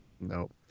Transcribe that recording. Nope